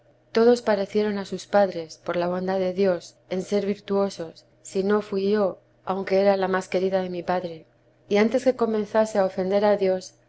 todos parecieron a sus padres por la bondad de dios en ser virtuosos si no fui yo aunque era la más querida de mi padre y antes que comenzase a ofender a dios